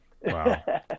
Wow